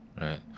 Right